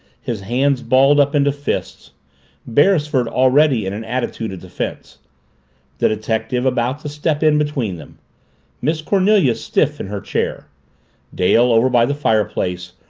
his hands balled up into fists beresford already in an attitude of defense the detective about to step in between them miss cornelia stiff in her chair dale over by the fireplace,